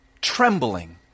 trembling